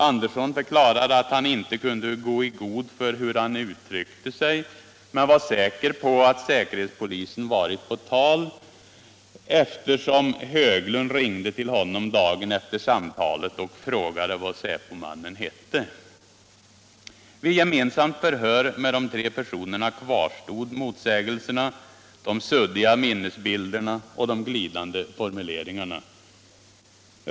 Andersson förklarade att han ”inte kunde gå i god för hur han uttryckte sig” men var säker på att säkerhetspolisen varit på ta! ”eftersom Höglund ringde till honom dagen efter samtalet och frågade vad Säpomannen hette”. Vid gemensamt förhör med de tre personerna kvarstod motsägelserna, de suddiga minnesbilderna och de glidande formuleringarna.